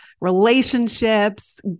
relationships